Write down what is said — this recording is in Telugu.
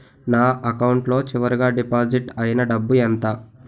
నా అకౌంట్ లో చివరిగా డిపాజిట్ ఐనా డబ్బు ఎంత?